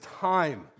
time